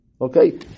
Okay